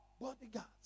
bodyguards